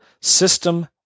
system